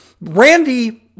Randy